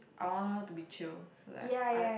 I want her to be chill like I